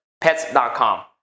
Pets.com